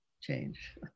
change